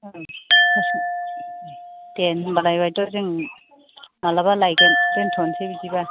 औ जासिगोन दे होनबालाय बायद' जों मालाबा लायगोन दोनथ'नोसै बिदिबा